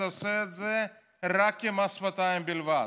אז הוא עושה את זה רק כמס שפתיים בלבד.